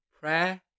Prayer